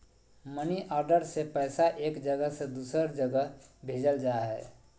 money order से पैसा एक जगह से दूसर जगह भेजल जा हय